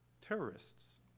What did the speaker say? terrorists